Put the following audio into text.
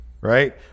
right